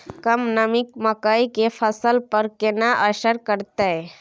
कम नमी मकई के फसल पर केना असर करतय?